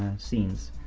scenes.